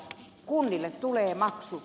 kunnille tulee maksut